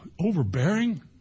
overbearing